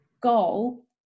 goal